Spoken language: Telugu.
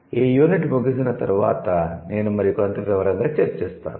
ఈ యూనిట్ ముగిసిన తర్వాత నేను మరి కొంత వివరంగా చర్చిస్తాను